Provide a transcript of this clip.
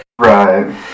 Right